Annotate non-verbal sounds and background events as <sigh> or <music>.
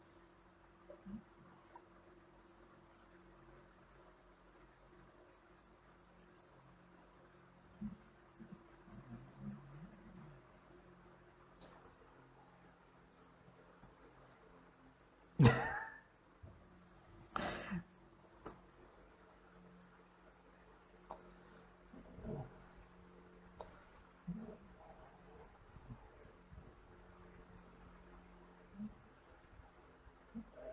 <laughs>